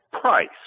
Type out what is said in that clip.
price